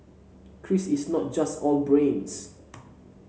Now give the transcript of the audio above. Chris is not just all brains